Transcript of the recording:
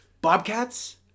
Bobcats